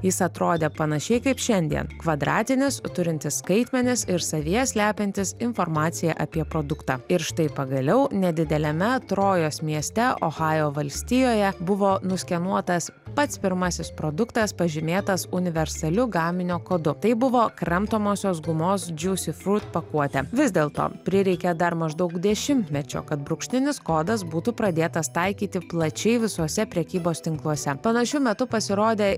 jis atrodė panašiai kaip šiandien kvadratinis turintis skaitmenis ir savyje slepiantis informaciją apie produktą ir štai pagaliau nedideliame trojos mieste ohajo valstijoje buvo nuskenuotas pats pirmasis produktas pažymėtas universaliu gaminio kodu tai buvo kramtomosios gumos džiūsi frūt pakuotė vis dėlto prireikė dar maždaug dešimtmečio kad brūkšninis kodas būtų pradėtas taikyti plačiai visuose prekybos tinkluose panašiu metu pasirodė